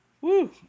Woo